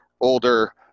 older